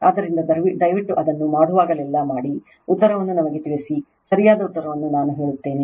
ಆದ್ದರಿಂದ ದಯವಿಟ್ಟು ಅದನ್ನು ಮಾಡುವಾಗಲೆಲ್ಲಾ ಮಾಡಿ ಉತ್ತರವನ್ನು ನಮಗೆ ತಿಳಿಸಿ ಸರಿಯಾದ ಉತ್ತರವನ್ನು ನಾನು ಹೇಳುತ್ತೇನೆ